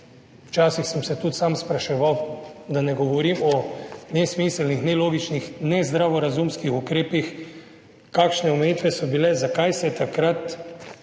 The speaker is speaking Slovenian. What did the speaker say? Včasih sem se tudi sam spraševal, da ne govorim o nesmiselnih, nelogičnih, nezdravorazumskih ukrepih, kakšne omejitve so bile, zakaj se takrat ni